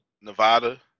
Nevada